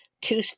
two